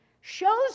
shows